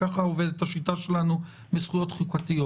כך עובדת השיטה שלנו בזכויות חוקתיות